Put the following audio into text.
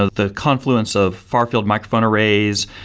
ah the confluence of far-field microphone arrays,